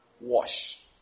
Wash